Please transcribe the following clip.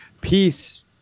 peace